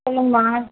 சொல்லுங்கம்மா